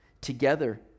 together